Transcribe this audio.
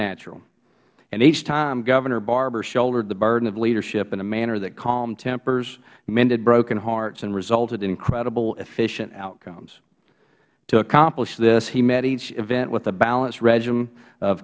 natural and each time governor barbour shouldered the burden of leadership in a manner that calmed tempers mended broken hearts and resulted in incredible efficient outcomes to accomplish this he met each event with a balanced regimen of